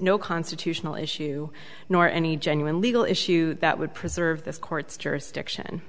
no constitutional issue nor any genuine legal issue that would preserve this court's jurisdiction